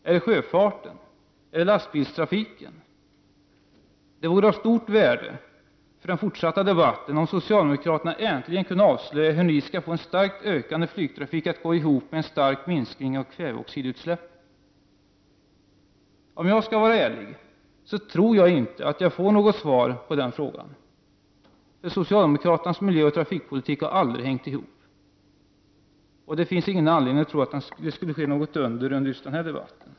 Är det sjöfarten? Är det lastbilstrafiken? Det vore av stort värde för den fortsatta debatten om socialdemokraterna äntligen kunde avslöja hur de får en starkt ökande flygtrafik att gå ihop med en stark minskning av kväveoxidutsläppen. Om jag skall vara ärlig, tror jag inte att jag får något svar på den frågan. Socialdemokraternas miljöoch trafikpolitik har aldrig hängt ihop, och det finns ingen anledning att tro att det skulle ske något under i just den här debatten.